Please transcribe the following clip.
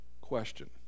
question